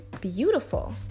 beautiful